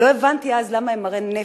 לא הבנתי אז למה הם מרי נפש,